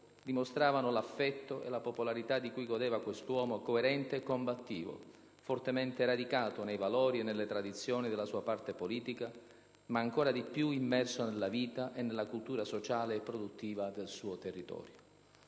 dimostravano l'affetto e la popolarità di cui godeva quest'uomo, coerente e combattivo, fortemente radicato nei valori e nelle tradizioni della sua parte politica, ma ancora di più immerso nella vita e nella cultura sociale e produttiva del suo territorio.